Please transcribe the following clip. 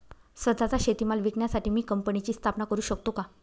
स्वत:चा शेतीमाल विकण्यासाठी मी कंपनीची स्थापना करु शकतो का?